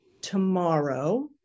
tomorrow